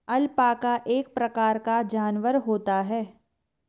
alpaca एक प्रकार का जानवर होता है